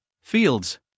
fields